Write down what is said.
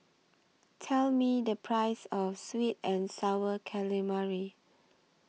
Tell Me The Price of Sweet and Sour Calamari